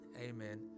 Amen